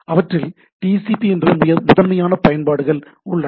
அவற்றில் T C P என்ற முதன்மையான பயன்பாடுகள் உள்ளன